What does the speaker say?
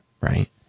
right